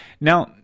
Now